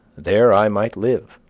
there i might live,